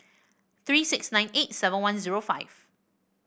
three six nine eight seven one zero five